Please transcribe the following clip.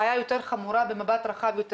בעיה יותר חמורה במבט רחב יותר,